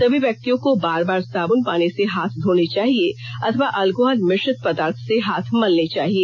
सभी व्यक्तियों को बार बार साबन पानी से हाथ धोने चाहिए अथवा अल्कोहल मिश्रित पदार्थ से हाथ मलने चाहिए